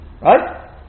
Right